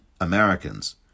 Americans